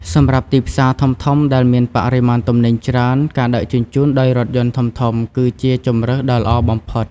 សម្រាប់ទីផ្សារធំៗដែលមានបរិមាណទំនិញច្រើន ការដឹកជញ្ជូនដោយរថយន្តធំៗគឺជាជម្រើសដ៏ល្អបំផុត។